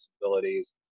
disabilities